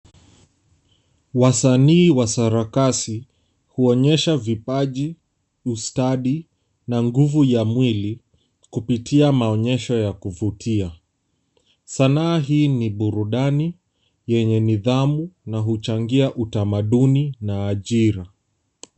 Wasanii wa sarakasi huonyesha vipaji, ustadi na nguvu ya mwili kupitia maonyesho ya kuvutia. Sanaa hii ni burudani yenye nidhamu na huchangia utamaduni na ajira.